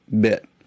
bit